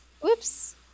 Whoops